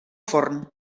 forn